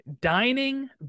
Dining